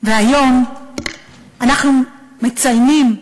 היום אנחנו מציינים,